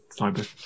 cyber